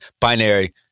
binary